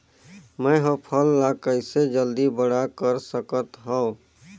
मैं ह फल ला कइसे जल्दी बड़ा कर सकत हव?